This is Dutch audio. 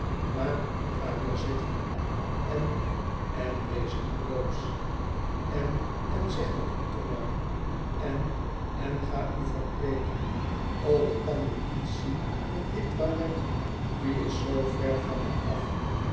maar ga weêr zitten en en wees niet boos en en zeg niet othomar en en ga u verkleeden o ik kan u niet zien in dit toilet u is zoo ver van me af